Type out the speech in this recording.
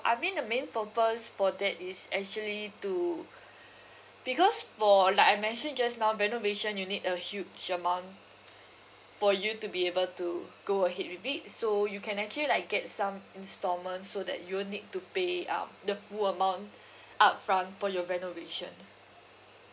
I mean the main purpose for that is actually to because for like I mentioned just now renovation you need a huge amount for you to be able to go ahead with it so you can actually like get some instalment so that you won't need to pay um the full amount upfront for your renovation